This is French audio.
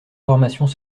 formations